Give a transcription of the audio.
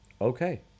Okay